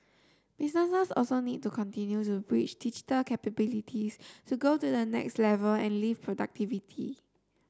businesses also need to continue to build digital capabilities to go to the next level and lift productivity